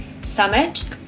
Summit